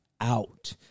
out